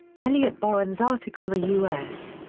elliot borin's article the u s.